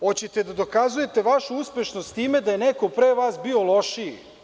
Hoćete li da dokazujete vašu uspešnost time da je neko pre vas bio lošiji?